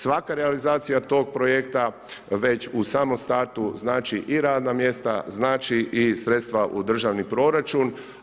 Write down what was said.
Svaka realizacija tog projekta već u samom startu znači i radna mjesta, znači i sredstva u državni proračun.